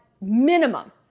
minimum